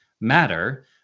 matter